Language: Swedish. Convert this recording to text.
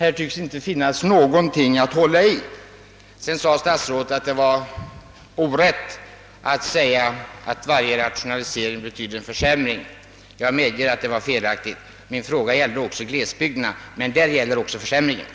Nu tycks det inte finnas någonting att hålla i. Statsrådet framhöll att det var orätt av mig att säga att varje rationalisering inom SJ betyder en försämring. Jag medger att det var felaktigt. Min fråga avsåg närmast glesbygderna, och för dem gäller också uttalandet om försämringen.